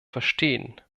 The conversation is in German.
verstehen